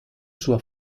sua